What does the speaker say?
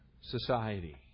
society